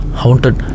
haunted